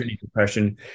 depression